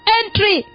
entry